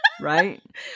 Right